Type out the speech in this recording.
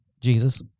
Jesus